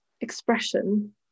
expression